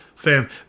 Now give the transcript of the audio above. Fam